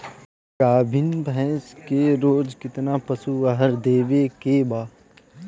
गाभीन भैंस के रोज कितना पशु आहार देवे के बा?